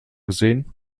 gesehen